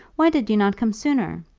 why did you not come sooner?